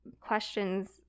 questions